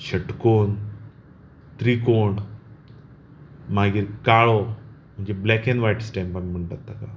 षटकोण त्रिकोण मागीर काळो म्हणजे ब्लॅक अँड व्हायट स्टॅम्प आमी म्हणटात ताका